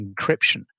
encryption